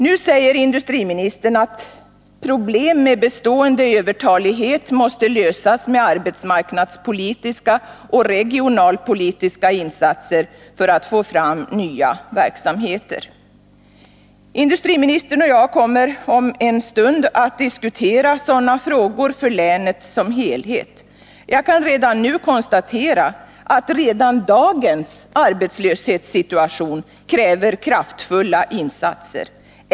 Nu säger industriministern: ”Problem med bestående övertalighet måste lösas med arbetsmarknadspolitik och regionalpolitiska insatser för att få fram nya verksamheter.” Industriministern och jag kommer om en stund att diskutera sådana frågor när det gäller länet som helhet, men jag vill här bara konstatera att redan dagens arbetslöshetssituation kräver kraftfulla insatser.